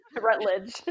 rutledge